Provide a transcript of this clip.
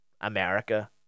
America